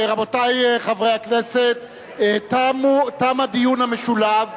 רבותי חברי הכנסת, תם הדיון המשולב,